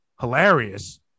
hilarious